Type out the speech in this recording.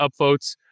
upvotes